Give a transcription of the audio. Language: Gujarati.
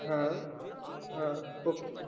હા હા ઓકે